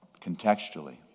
Contextually